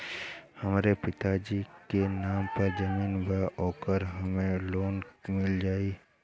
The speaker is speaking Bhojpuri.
हमरे पिता जी के नाम पर जमीन बा त ओपर हमके लोन मिल जाई?